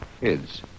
Kids